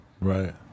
Right